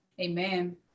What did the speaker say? Amen